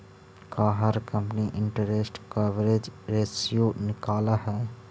का हर company interest coverage ratio निकालअ हई